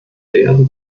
werden